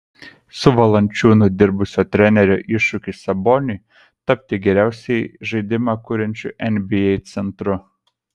su valančiūnu dirbusio trenerio iššūkis saboniui tapti geriausiai žaidimą kuriančiu nba centru